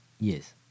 Yes